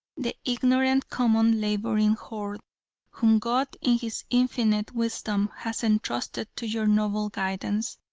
the ignorant common laboring horde whom god in his infinite wisdom has entrusted to your noble guidance,